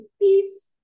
peace